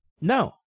No